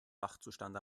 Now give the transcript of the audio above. wachzustand